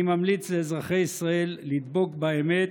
אני ממליץ לאזרחי ישראל לדבוק באמת,